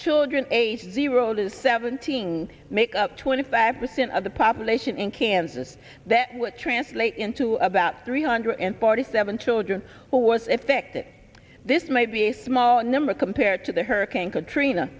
children aged zero the seventeen make up twenty five percent of the population in kansas that would translate into about three hundred forty seven children who was effected this might be a small number compared to the hurricane katrina